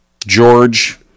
George